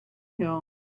hill